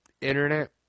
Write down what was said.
internet